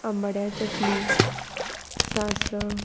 आंबाड्या चटणी सासव